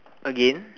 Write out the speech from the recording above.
again